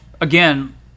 again